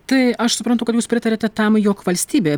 tai aš suprantu kad jūs pritariate tam jog valstybė